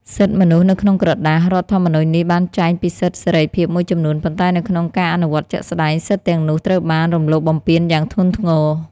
សិទ្ធិមនុស្សនៅក្នុងក្រដាស រដ្ឋធម្មនុញ្ញនេះបានចែងពីសិទ្ធិសេរីភាពមួយចំនួន ប៉ុន្តែនៅក្នុងការអនុវត្តជាក់ស្ដែង សិទ្ធិទាំងនោះត្រូវបាន រំលោភបំពានយ៉ាងធ្ងន់ធ្ងរ។